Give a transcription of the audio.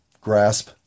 grasp